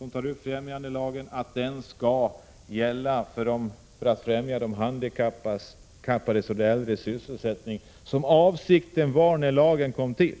yrkas att främjandelagen skall inriktas på att främja de handikappades och äldres sysselsättning på det sätt som var avsikten när lagen kom till.